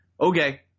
okay